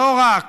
ולא רק